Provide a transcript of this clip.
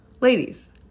ladies